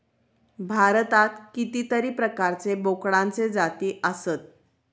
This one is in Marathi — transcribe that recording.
भारतात कितीतरी प्रकारचे बोकडांचे जाती आसत